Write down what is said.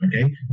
Okay